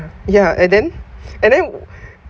ya and then and then w~